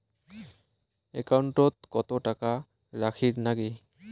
একাউন্টত কত টাকা রাখীর নাগে?